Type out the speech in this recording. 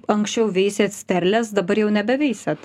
anksčiau veisėt sterles dabar jau nebeveisiat